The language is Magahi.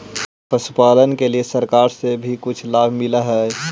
पशुपालन के लिए सरकार से भी कुछ लाभ मिलै हई?